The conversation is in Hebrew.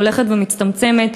הולכת ומצטמצמת.